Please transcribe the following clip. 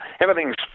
Everything's